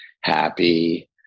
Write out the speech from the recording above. happy